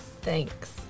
Thanks